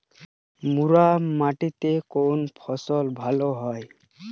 মুরাম মাটিতে কোন ফসল ভালো হয়?